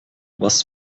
was